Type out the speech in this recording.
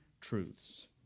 truths